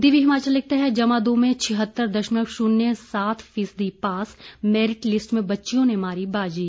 दिव्य हिमाचल लिखता है जमा दो में छिहत्तर दशमलव शून्य सात फीसदी पास मेरिट लिस्ट में बच्चियों ने मारी बाजी